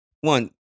one